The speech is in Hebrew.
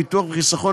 ביטוח וחיסכון,